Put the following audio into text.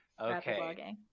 Okay